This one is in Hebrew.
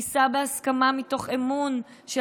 זוהי כניסה בהסכמה מתוך אמון של